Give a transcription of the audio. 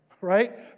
right